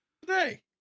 Today